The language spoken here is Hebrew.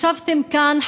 ישבתם כאן,